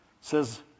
says